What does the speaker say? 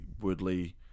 Woodley